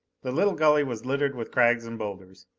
the little gully was littered with crags and boulders.